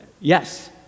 yes